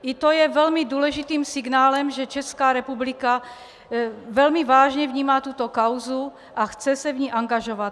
I to je velmi důležitým signálem, že Česká republika velmi vážně vnímá tuto kauzu a chce se v ní angažovat.